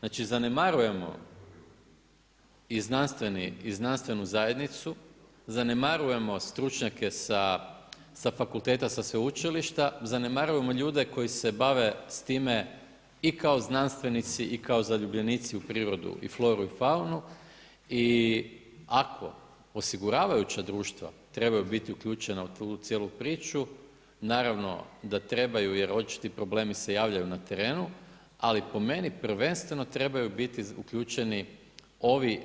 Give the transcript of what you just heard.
Znači zanemarujemo i znanstvenu zajednicu, zanemarujemo stručnjake sa fakulteta, sa sveučilišta, zanemarujemo ljude koji se bave s time i kao znanstvenici i kao zaljubljenici u prirodu i floru i faunu i ako osiguravajuća društva trebaju biti uključena u tu cijelu priču, naravno da trebaju, jer očiti problemi se javljaju na terenu, ali po meni prvenstveno trebaju biti uključeni ovi